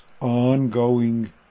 ongoing